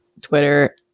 Twitter